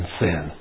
sin